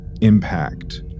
impact